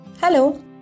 Hello